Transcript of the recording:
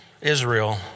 Israel